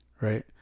right